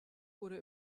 wurde